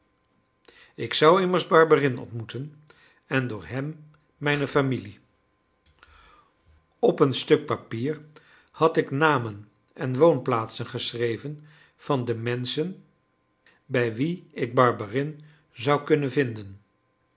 ik zou immers barberin ontmoeten en door hem mijne familie op een stuk papier had ik namen en woonplaatsen geschreven van de menschen bij wie ik barberin zou kunnen vinden